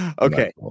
Okay